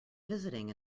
visiting